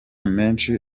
menshi